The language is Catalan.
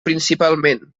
principalment